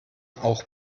auch